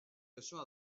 osoa